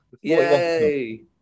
Yay